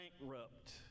bankrupt